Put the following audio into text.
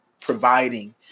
providing